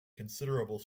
considerable